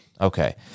Okay